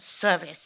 service